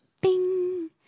Bing